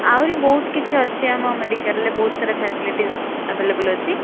ଆହୁରି ବହୁତ କିଛି ଅଛି ଆମ ମେଡ଼ିକାଲରେ ବହୁତ ସାରା ଫାସିଲିଟିସ୍ ଆଭଲେବଲ୍ ଅଛି